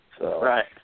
Right